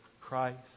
Christ